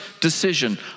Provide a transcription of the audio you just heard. decision